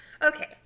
Okay